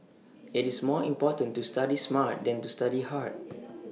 IT is more important to study smart than to study hard